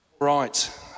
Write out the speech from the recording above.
Right